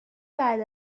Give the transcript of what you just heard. بعد